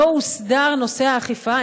לא הוסדר נושא האכיפה,